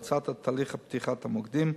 להאצת תהליך פתיחת המוקדים.